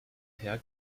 herr